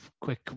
quick